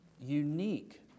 unique